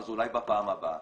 אז אולי בפעם הבאה.